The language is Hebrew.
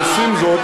אנחנו עושים זאת,